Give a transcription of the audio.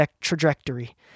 trajectory